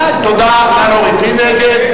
מי נגד?